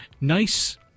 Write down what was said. nice